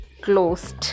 closed